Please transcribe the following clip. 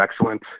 excellent